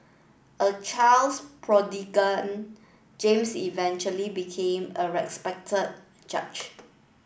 a child prodigy James eventually became a respected judge